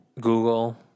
Google